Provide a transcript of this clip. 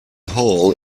hall